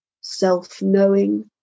self-knowing